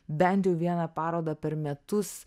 bent jau vieną parodą per metus